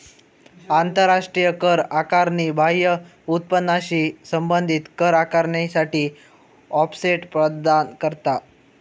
आंतराष्ट्रीय कर आकारणी बाह्य उत्पन्नाशी संबंधित कर आकारणीसाठी ऑफसेट प्रदान करता